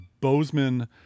Bozeman